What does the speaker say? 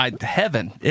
Heaven